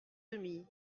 demie